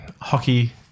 hockey